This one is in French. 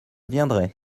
viendrai